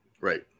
right